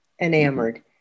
enamored